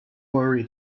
worry